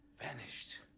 vanished